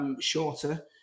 shorter